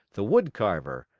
the wood carver,